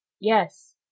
Yes